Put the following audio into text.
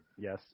Yes